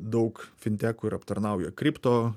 daug fintekų ir aptarnauja kripto